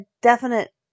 definite